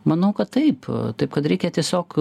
manau kad taip taip kad reikia tiesiog